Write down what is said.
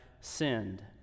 sinned